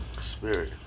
spirit